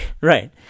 Right